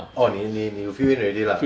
orh 你你你 you fill in already lah